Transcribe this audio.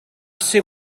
ser